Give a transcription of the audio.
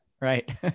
right